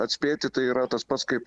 atspėti tai yra tas pats kaip